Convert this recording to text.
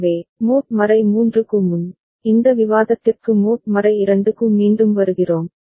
எனவே மோட் 3 க்கு முன் இந்த விவாதத்திற்கு மோட் 2 க்கு மீண்டும் வருகிறோம்